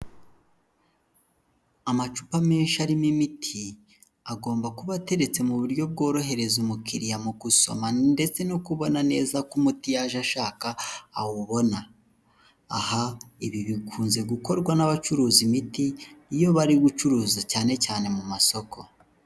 Amacupa menshi arimo imiti agomba kuba ateretse mu buryo bworohereza umukiriya mu kusoma ndetse no kubona neza ko umuti yaje ashaka awubona, aha ibi bikunze gukorwa n'abacuruza imiti iyo bari gucuruza cyane cyane mu masoko.